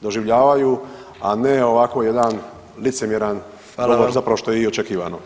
doživljavaju, a ne ovako jedan licemjeran govor, zapravo što je i očekivano.